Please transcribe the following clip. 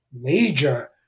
major